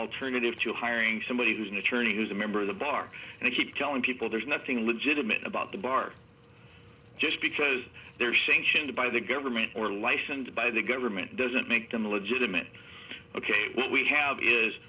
alternative to hiring somebody who's an attorney who's a member of the bar and he telling people there's nothing legitimate about the bar just because they're sanctioned by the government or licensed by the government doesn't make them a legitimate ok but we have is